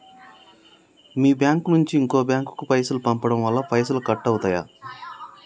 మీ bank నుంచి ఇంకో bank కు పైసలు పంపడం వల్ల పైసలు కట్ అవుతయా?